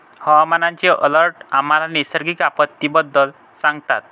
हवामानाचे अलर्ट आम्हाला नैसर्गिक आपत्तींबद्दल सांगतात